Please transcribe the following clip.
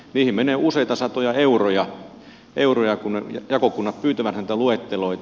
niihin menee useita satoja euroja kun jakokunnat pyytävät näitä luetteloita